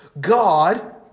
God